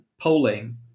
polling